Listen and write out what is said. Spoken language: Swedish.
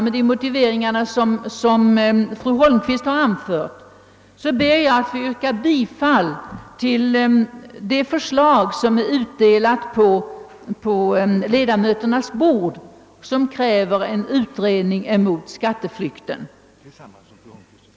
Med den motivering som fru Holmqvist här anfört ber jag att få yrka bifall till hennes förslag, som finns utdelat på ledamöternas bänkar och som innebär en utredning av frågan om skatteflykt.